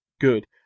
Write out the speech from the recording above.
good